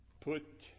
put